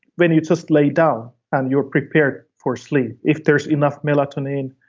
when you just lay down and you're prepared for sleep. if there's enough melatonin,